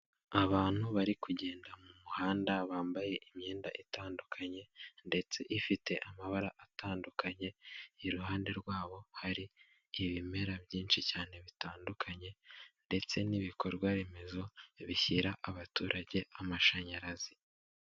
Abantu bari kugenda mu muhanda, bambaye imyenda itandukanye ndetse ifite amabara atandukanye, iruhande rwabo hari ibimera byinshi cyane bitandukanye ndetse n'ibikorwa remezo bishyira abaturage amashanyarazi.